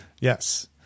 Yes